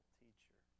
teacher